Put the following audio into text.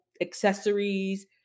accessories